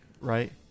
Right